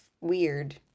weird